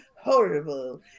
horrible